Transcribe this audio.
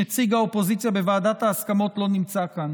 נציג האופוזיציה בוועדת ההסכמות, לא נמצא כאן.